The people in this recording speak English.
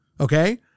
okay